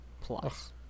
Plus